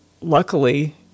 luckily